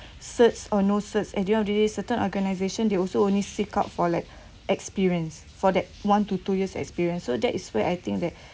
certs or no certs at the end of the day certain organisation they also only seek out for like experience for that one to two years experience so that is where I think that